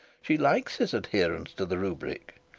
she likes his adherence to the rubric,